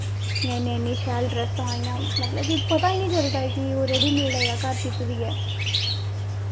इ'यां इ'न्ने इ'न्ने शैल ड्रैसां ते इ'यां मतलब कि पता गै निं चलदा कि ओह् रडीमेड ऐ जां घर सीती दी ऐ